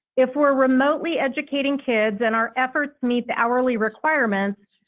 if we're remotely educating kids and our efforts meet the hourly requirements,